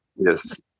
Yes